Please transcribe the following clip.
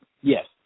Yes